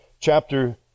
Chapter